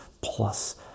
plus